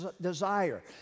desire